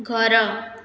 ଘର